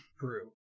True